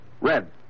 Red